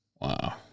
Wow